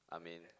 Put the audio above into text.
I mean